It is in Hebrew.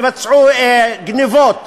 יבצעו גנבות,